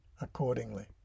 accordingly